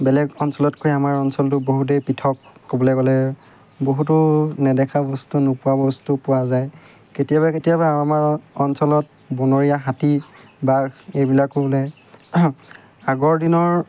বেলেগ অঞ্চলতকৈ আমাৰ অঞ্চলটো বহুতেই পৃথক ক'বলৈ গ'লে বহুতো নেদেখা বস্তু নোপোৱা বস্তু পোৱা যায় কেতিয়াবা কেতিয়াবা আমাৰ অঞ্চলত বনৰীয়া হাতী বাঘ এইবিলাকো ওলায় আগৰ দিনৰ